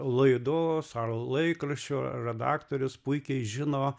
laidos ar laikraščio redaktorius puikiai žino